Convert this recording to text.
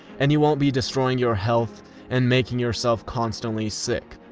and you won't be destroying your health and making yourself constantly sick.